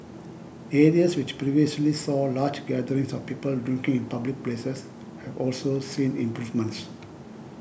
areas which previously saw large gatherings of people drinking in public places have also seen improvements